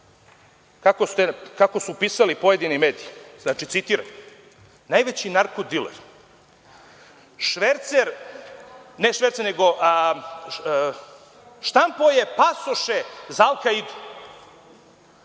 kako su pisali pojedini mediji, citiram – najveći narko diler, švercer, ne švercer, nego je štampao pasoše za Al Kaidu,